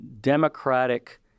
democratic